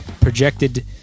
projected